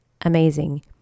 amazing